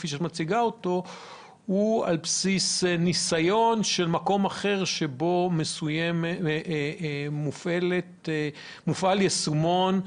הוא על בסיס ניסיון ממקום אחר שבו מופעל יישומון,